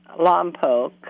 Lompoc